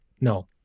No